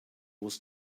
was